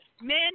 Men